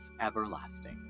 everlasting